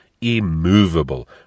immovable